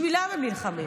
בשבילם הם נלחמים.